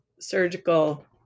surgical